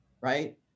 Right